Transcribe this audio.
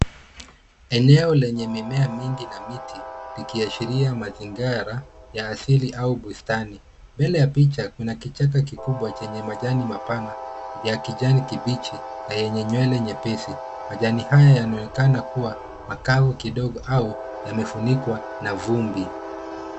Eneo lenye mimea mingi na miti, likiashiria mazingira ya asili au bustani. Mbele ya picha, kuna kichaka kikubwa chenye majani mapana ya kijani kibichi na yenye nywele nyepesi. Majani hayo yanaonekana kuwa makavu kidogo au yamefunikwa na vumbi.